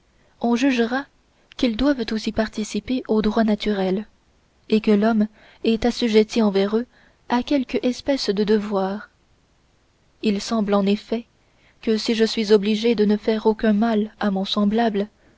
on jugera qu'ils doivent aussi participer au droit naturel et que l'homme est assujetti envers eux à quelque espèce de devoirs il semble en effet que si je suis obligé de ne faire aucun mal à mon semblable